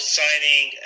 signing